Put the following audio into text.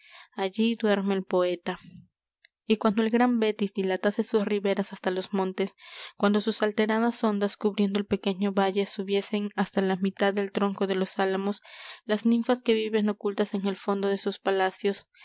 allí duerme el poeta y cuando el gran betis dilatase sus riberas hasta los montes cuando sus alteradas ondas cubriendo el pequeño valle subiesen hasta la mitad del tronco de los álamos las ninfas que viven ocultas en el fondo de sus palacios